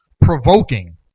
provoking